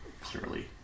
clearly